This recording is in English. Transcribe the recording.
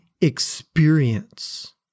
experience